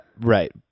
Right